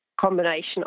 combination